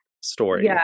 story